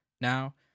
Now